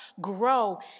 grow